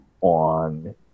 on